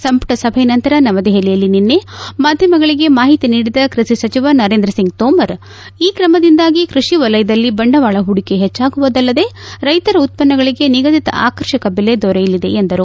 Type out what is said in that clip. ಸಂಪುಟ ಸಭೆಯ ನಂತರ ನವದೆಹಲಿಯಲ್ಲಿ ನಿನ್ನೆ ಮಾಧ್ಯಮಗಳಿಗೆ ಮಾಹಿತಿ ನೀಡಿದ ಕೃಷಿ ಸಚಿವ ನರೇಂದ್ರ ಸಿಂಗ್ ತೋಮರ್ ಈ ಕ್ರಮದಿಂದಾಗಿ ಕೃಷಿ ವಲಯದಲ್ಲಿ ಬಂಡವಾಳ ಹೂಡಿಕೆ ಹೆಚ್ಚಾಗುವುದಲ್ಲದೆ ರೈತರ ಉತ್ಸನ್ನಗಳಿಗೆ ನಿಗದಿತ ಆಕರ್ಷಕ ಬೆಲೆ ದೊರೆಯಲಿದೆ ಎಂದರು